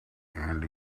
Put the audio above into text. andy